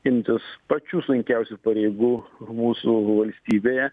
imtis pačių sunkiausių pareigų mūsų valstybėje